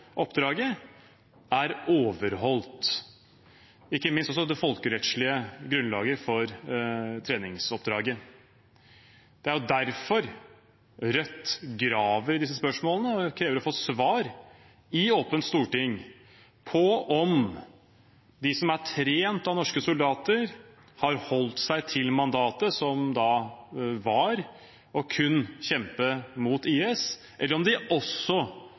oppdraget, er overholdt, ikke minst også det folkerettslige grunnlaget for treningsoppdraget. Det er derfor Rødt graver i disse spørsmålene og krever å få svar på i et åpent storting om de som er trent av norske soldater, har holdt seg til mandatet som gjaldt, og kun har kjempet mot IS, eller om de også